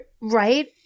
right